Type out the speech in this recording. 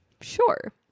sure